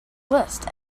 list